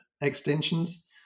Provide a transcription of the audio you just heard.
extensions